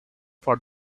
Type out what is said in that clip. for